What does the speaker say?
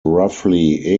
roughly